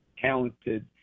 talented